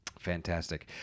Fantastic